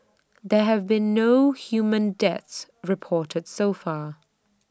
there have been no human deaths reported so far